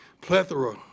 plethora